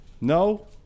no